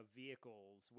vehicles